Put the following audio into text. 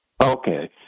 Okay